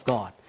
God